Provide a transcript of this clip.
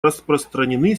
распространены